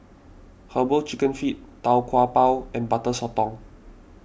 Herbal Chicken Feet Tau Kwa Pau and Butter Sotong